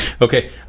Okay